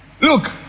Look